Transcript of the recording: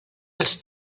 els